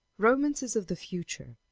romances of the future,